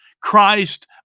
Christ